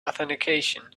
authentication